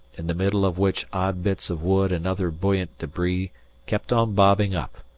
in the middle of which odd bits of wood and other buoyant debris kept on bobbing up.